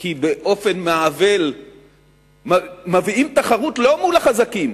כי באופן מעוול מביאים תחרות לא מול החזקים,